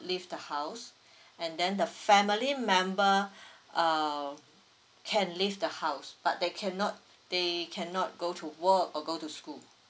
leave the house and then the family member uh can leave the house but they cannot they cannot go to work or go to school